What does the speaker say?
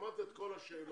שמעת את כל השאלות,